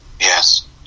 Yes